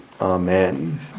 Amen